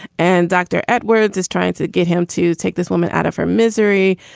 and dr. edwards is trying to get him to take this woman out of her misery.